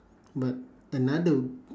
but another